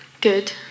Good